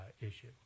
issue